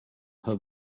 her